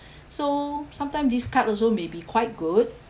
so sometime this card also may be quite good